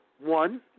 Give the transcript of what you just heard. one